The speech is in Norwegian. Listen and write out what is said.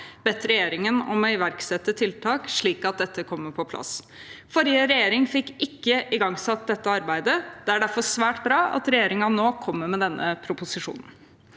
bedt regjeringen om å iverksette tiltak, slik at dette kommer på plass. Forrige regjering fikk ikke igangsatt dette arbeidet. Det er derfor svært bra at regjeringen nå kommer med denne proposisjonen.